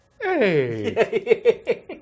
Hey